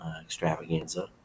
extravaganza